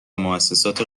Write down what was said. موسسات